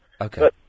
Okay